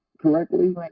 correctly